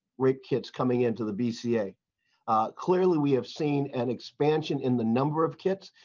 rick kids coming into the bca clearly we have seen an expansion in the number of kits.